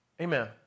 Amen